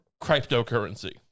cryptocurrency